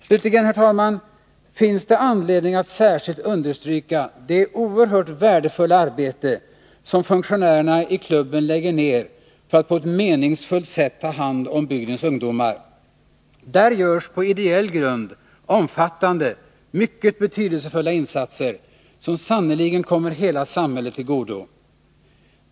Slutligen, herr talman, finns det anledning att särskilt understryka det oerhört värdefulla arbete som funktionärerna i klubben lägger ned för att på ett meningsfullt sätt ta hand om bygdens ungdomar. Där görs på ideell grund omfattande, mycket betydelsefulla insatser, som sannerligen kommer hela samhället till godo.